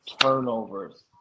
turnovers